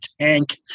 tank